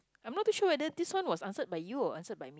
I'm not too sure whether this one was answered by you or answered by me